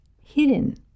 hidden